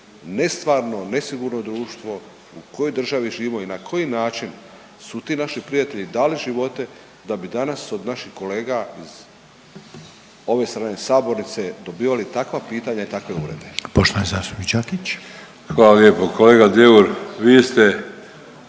nestvarno i nesigurno društvo, u kojoj državi živimo i na koji način su ti naši prijatelji dali živote da bi danas od naših kolega iz ove strane sabornice dobivali takva pitanja i takve uvrede. **Reiner, Željko (HDZ)**